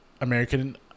American